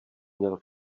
měl